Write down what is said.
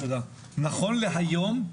נכון להיום,